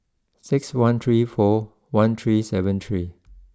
six one three four one three seven three